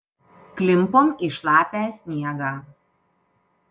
klimpom į šlapią sniegą